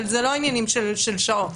אבל אלה לא עניין של שעות.